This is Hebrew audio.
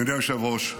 אדוני היושב-ראש,